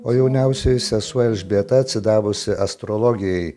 o jauniausioji sesuo elžbieta atsidavusi astrologijai